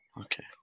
okay